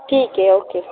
ठीक आहे ओके